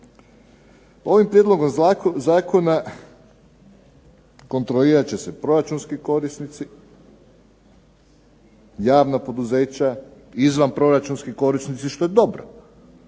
Ovim prijedlogom zakona kontrolirat će se proračunskih korisnici, javna poduzeća, izvanproračunski korisnici, što je dobro,